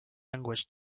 language